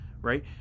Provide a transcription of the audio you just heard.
right